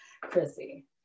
Chrissy